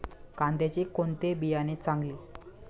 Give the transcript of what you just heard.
कांद्याचे कोणते बियाणे चांगले?